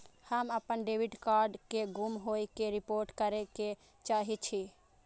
हम अपन debit card के गुम होय के रिपोर्ट करे के चाहि छी